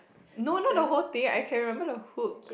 no not the whole thing I can remember the hook